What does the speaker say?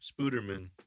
Spooderman